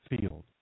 field